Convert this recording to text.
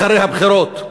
אחרי הבחירות.